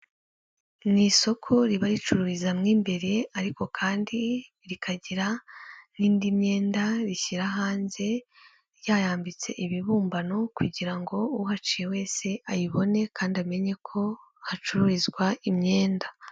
Ni isoko riba ricururiza mo imbere ariko kandi rikagira n'indi myenda rishyira hanze, ryayambitse ibibumbano kugira ngo uhaciye wese ayibone kandi amenye ko hacururizwa imyenda.